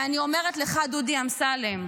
ואני אומרת לך, דודי אמסלם,